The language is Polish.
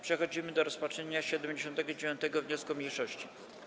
Przechodzimy do rozpatrzenia 79. wniosku mniejszości.